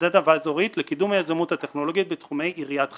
תינתן העדפה אזורית לקידום היזמות הטכנולוגית בתחום עיריית חיפה.".